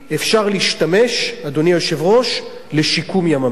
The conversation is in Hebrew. אפשר להשתמש, אדוני היושב-ראש, לשיקום ים-המלח,